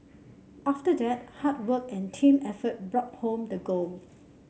after that hard work and team effort brought home the gold